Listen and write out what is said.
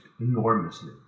enormously